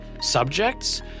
subjects